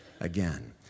again